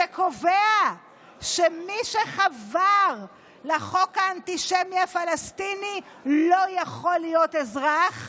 שקובע שמי שחבר לחוק האנטישמי הפלסטיני לא יכול להיות אזרח,